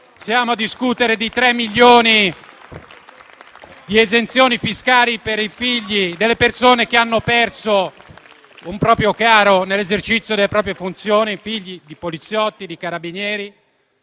Stiamo discutendo di tre milioni di esenzioni fiscali per i figli delle persone che hanno perso un proprio caro nell'esercizio delle proprie funzioni. Parliamo di figli di poliziotti e carabinieri.